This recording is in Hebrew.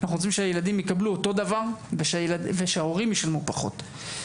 אנחנו רוצים שהילדים יקבלו אותו דבר ושההורים ישלמו פחות.